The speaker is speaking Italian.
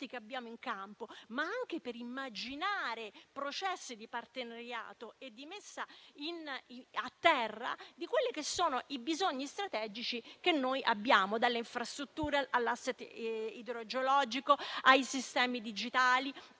che abbiamo in campo, ma anche per immaginare processi di partenariato e di messa a terra dei bisogni strategici che abbiamo, dalle infrastrutture all'assetto idrogeologico, ai sistemi digitali,